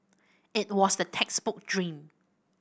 it was the textbook dream